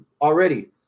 already